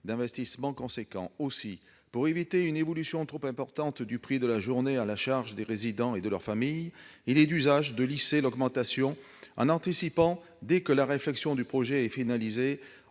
sur le prix de la journée. Aussi, pour éviter une augmentation trop importante du prix de la journée à la charge des résidents et de leurs familles, il est d'usage de lisser cette augmentation en anticipant, dès que la réflexion sur le projet est finalisée.